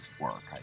work